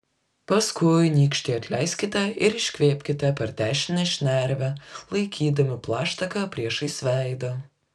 paskui nykštį atleiskite ir iškvėpkite per dešinę šnervę laikydami plaštaką priešais veidą